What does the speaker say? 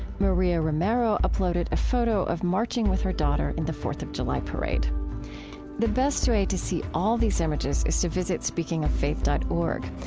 maria romero uploaded a photo of marching with her daughter in the fourth of july parade the best way to see all these images is to visit speakingoffaith dot org.